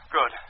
Good